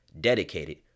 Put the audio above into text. dedicated